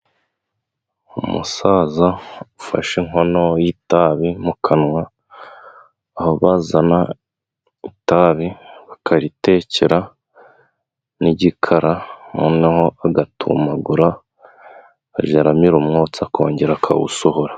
Umusaza ufashe inkono y'itabi mu kanwa, aho bazana itabi bakaritekera n'igikara, noneho agatumamagura ajya amira umwotsi akongera akawusohora.